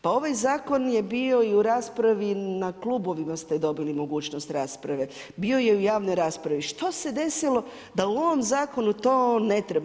Pa ovaj zakon je bio i u raspravi na klubovima ste dobivali mogućnost rasprave, bio je u javnoj raspravi, što se desilo da u ovom zakonu to ne treba?